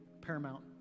paramount